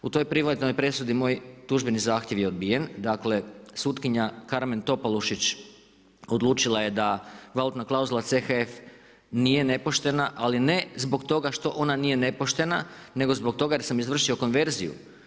U toj privatnoj presudi moj tužbeni zahtjev je odbijen, dakle sutkinja Karmen Topalušić odlučila je da valutna klauzula CHF nije nepoštena, ali ne zbog toga što ona nije nepoštena nego zbog toga jer sam izvršio konverziju.